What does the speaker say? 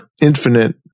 infinite